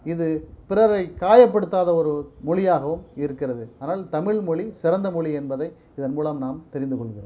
இது பிறரை காயப்படுத்தாத ஒரு மொழியாகவும் இருக்கிறது அதனால் தமிழ்மொழி சிறந்தமொழி என்பதை இதன்மூலம் நாம் தெரிந்துகொள்கிறோம்